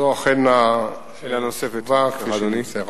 זו אכן התשובה כפי שנמסרה.